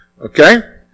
Okay